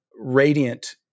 radiant